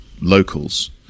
locals